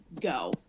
go